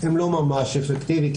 הם לא ממש אפקטיביים.